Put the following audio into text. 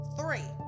three